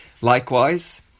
Likewise